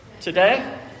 Today